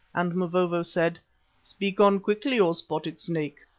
and mavovo said speak on quickly, o spotted snake,